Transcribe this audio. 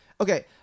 okay